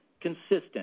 consistent